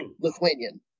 Lithuanian